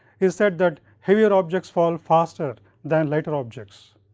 he said that heavier objects fall faster than lighter objects.